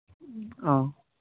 ᱚ